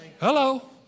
hello